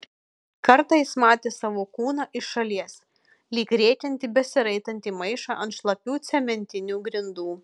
kartą jis matė savo kūną iš šalies lyg rėkiantį besiraitantį maišą ant šlapių cementinių grindų